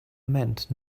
meant